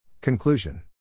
Conclusion